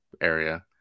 area